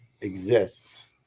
exists